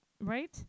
Right